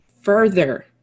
further